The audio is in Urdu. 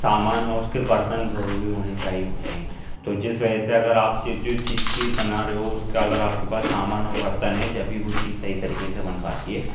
سامان اور اس کے برتن ضروری ہونے چاہیے ہوتے ہیں تو جس وجہ سے اگر آپ جو چیز کی بنا رہے ہو اس کا اگر آپ کے پاس سامان اور برتن ہے جبھی وہ چیز صحیح طریقے سے بن پاتی ہے